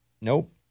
Nope